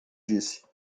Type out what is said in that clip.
disse